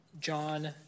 John